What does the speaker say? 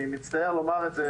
אני מצטער לומר את זה,